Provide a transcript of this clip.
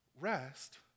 Rest